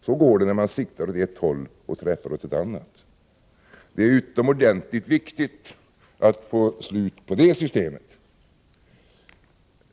Så går det när man siktar åt ett håll och träffar åt ett annat. Det är utomordentligt viktigt att få slut på detta system.